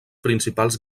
principals